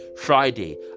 friday